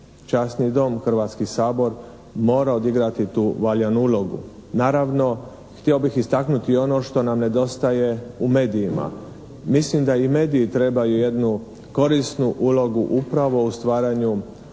časni Dom, Hrvatski sabor mora odigrati tu valjanu ulogu. Naravno htio bih istaknuti ono što nam nedostaje u medijima. Mislim da i mediji trebaju jednu korisnu ulogu upravo u stvaranju